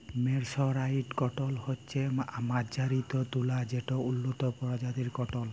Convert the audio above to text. mercerised cotton হছে মাজ্জারিত তুলা যেট উল্লত পরজাতির কটল